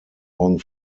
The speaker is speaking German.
morgen